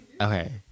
Okay